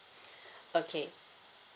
okay